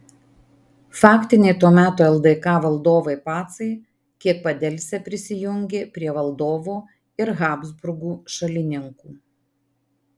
faktiniai to meto ldk valdovai pacai kiek padelsę prisijungė prie valdovo ir habsburgų šalininkų